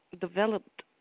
developed